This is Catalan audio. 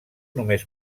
només